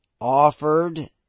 offered